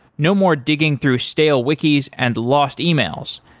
no more digging through stale wiki's and lost e-mails.